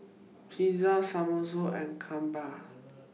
Pizza Samosa and Kimbap